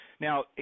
Now